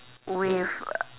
with